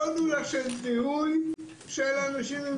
מודולה של זיהוי של אנשים עם